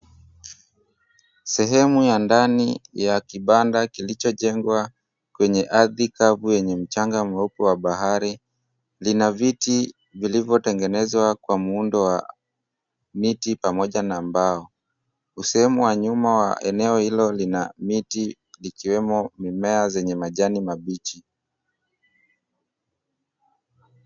Sehemu ya ndani ya kibanda kilichojengwa kwenye ardhi kavu yenye mchanga mweupe wa bahari lina viti vilivyotengenezwa kwa muundo wa miti pamoja na mbao. Sehemu ya nyuma ya eneo hilo lina mti likiwemo mimea zenye majani mabichi.